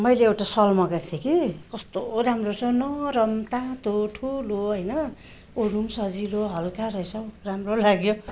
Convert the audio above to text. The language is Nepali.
मैले एउटा सल मगाएको थिएँ कि कस्तो राम्रो रहेछ नरम तातो ठुलो होइन ओड्नु पनि सजिलो हलुका रहेछ हौ राम्रो लाग्यो